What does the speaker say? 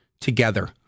together